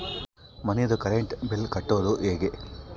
ಮನಿದು current bill ಕಟ್ಟೊದು ಹೇಗೆ?